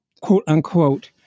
quote-unquote